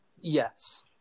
Yes